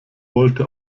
wollte